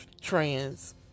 trans